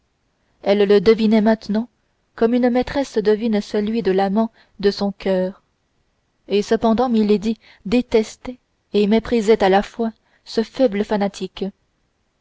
elle le devinait maintenant comme une maîtresse devine celui de l'amant de son coeur et cependant milady détestait et méprisait à la fois ce faible fanatique